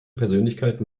persönlichkeit